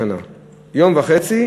בשנה 1.5,